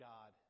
God